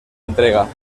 entrega